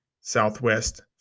Southwest